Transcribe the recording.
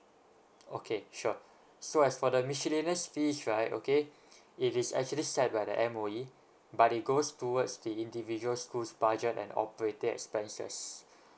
okay sure so as for the miscellaneous fees right okay it is actually set by the M_O_E but they goes towards the individual school's budget and operating expenses